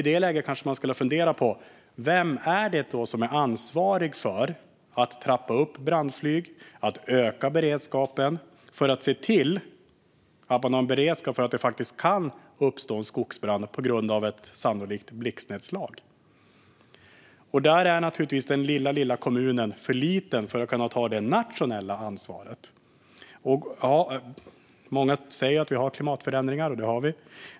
I det läget kanske man skulle ha funderat på vem det är som är ansvarig för att trappa upp brandflyg och för att öka beredskapen för att en skogsbrand kan uppstå på grund av ett blixtnedslag. Där är naturligtvis den lilla kommunen för liten för att ta det nationella ansvaret. Många säger att vi har klimatförändringar, och det har vi.